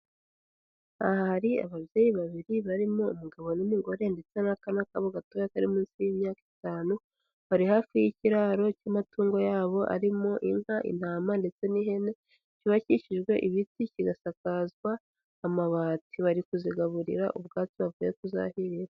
Aha hari ababyeyi babiri barimo umugabo n'umugore ndetse n'akana kabo gatoya kari munsi y'imyaka itanu, bari hafi y'ikiraro cy'amatungo yabo arimo inka, intama ndetse n'ihene, cyubakishijwe ibiti kigasakazwa amabati, bari kuzigaburira ubwatsi bavuye kuzahirira.